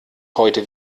heute